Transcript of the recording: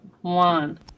one